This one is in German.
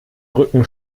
rücken